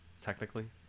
technically